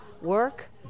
work